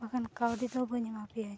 ᱵᱟᱝᱠᱷᱟᱱ ᱠᱟᱹᱣᱰᱤ ᱫᱚ ᱵᱟᱹᱧ ᱮᱢᱟ ᱯᱮᱭᱟᱹᱧ